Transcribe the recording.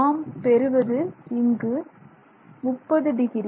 நாம் பெறுவது இங்கு 30 டிகிரி